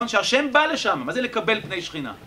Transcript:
שהשם בא לשם, מה זה לקבל פני שכינה?